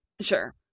Sure